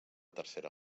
tercera